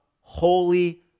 Holy